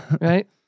Right